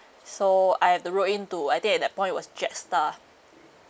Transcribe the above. so I have to wrote in to I think at that point it was Jetstar